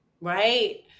Right